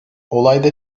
olayda